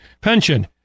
pension